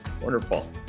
Wonderful